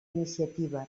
iniciativa